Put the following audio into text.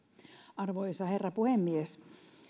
arvoisa herra puhemies